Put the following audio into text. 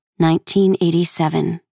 1987